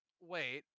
wait